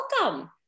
Welcome